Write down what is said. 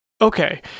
okay